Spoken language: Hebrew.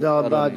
תודה רבה.